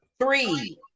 Three